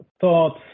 thoughts